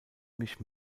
mich